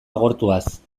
agortuaz